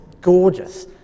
gorgeous